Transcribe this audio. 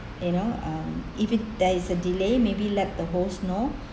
you know um if there is a delay maybe let the host know